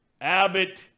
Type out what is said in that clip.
Abbott